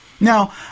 Now